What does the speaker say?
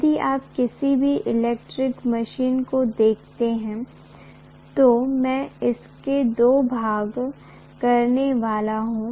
यदि आप किसी भी इलेक्ट्रिकल मशीन को देखते हैं तो मे इसके दो भाग करने वाला हूँ